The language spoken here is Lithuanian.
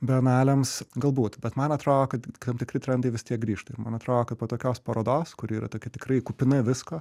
bienalėms galbūt bet man atrodo kad tam tikri trendai vis tiek grįžta ir man atrodo kad po tokios parodos kuri yra tokia tikrai kupina visko